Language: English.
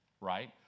right